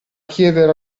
chiedere